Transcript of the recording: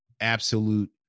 absolute